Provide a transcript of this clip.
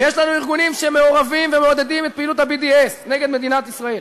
ויש לנו ארגונים שמעורבים ומעודדים את פעילות ה-BDS נגד מדינת ישראל,